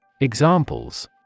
Examples